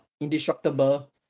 indestructible